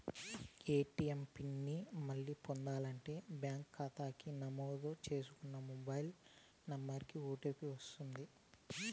ATM PIN ని మళ్ళీ పొందాలంటే బ్యాంకు కాతాకి నమోదు చేసుకున్న మొబైల్ నంబరికి ఓ.టీ.పి వస్తది